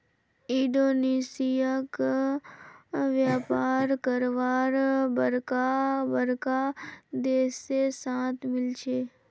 Indonesia क व्यापार करवार बरका बरका देश से साथ मिल छे